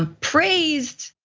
ah praised,